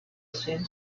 seen